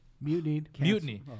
Mutiny